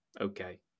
okay